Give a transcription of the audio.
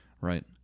right